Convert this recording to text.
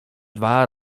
dwa